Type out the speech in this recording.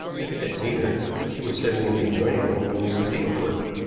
but he had seen her. she was sitting in the adjoining room doing some needlework.